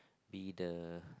be the